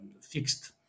fixed